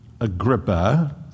Agrippa